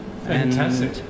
fantastic